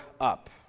up